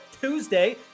Tuesday